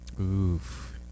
Oof